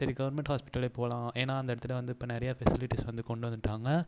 சரி கவர்மெண்ட் ஹாஸ்ப்பிட்டலே போகலாம் ஏன்னா அந்த இடத்துட்ட வந்து இப்போ நிறைய ஃபெசிலிட்டிஸ் வந்து கொண்டு வந்துட்டாங்க